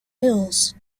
mills